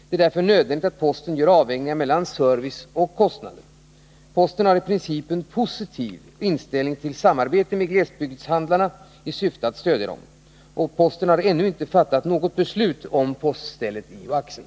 Därför är det nödvändigt att posten gör avvägningar mellan service och kostnader. Postverket har i princip en positiv inställning till ett samarbete med glesbygdshandlarna i syfte att stödja dessa. Postverket har ännu inte fattat beslut om poststället i Oaxen.